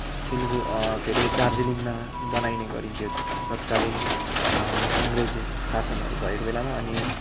सिलगढी के अरे दार्जिलिङमा बनाइने गरिन्थ्यो तत्कालिन आङ्ग्रेजी शासनहरू भएको बेलामा अनि